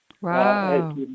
Wow